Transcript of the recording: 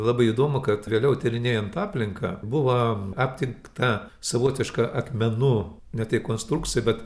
labai įdomu kad vėliau tyrinėjant aplinką buvo aptikta savotiška akmenų ne tai konstrukcija bet